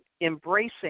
embracing